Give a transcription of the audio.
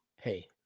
Hey